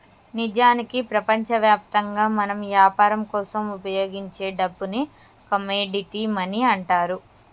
నిజానికి ప్రపంచవ్యాప్తంగా మనం యాపరం కోసం ఉపయోగించే డబ్బుని కమోడిటీ మనీ అంటారు